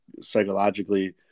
psychologically